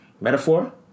metaphor